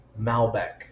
Malbec